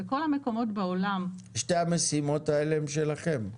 שתי המשימות האלה הן שלכם.